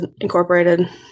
incorporated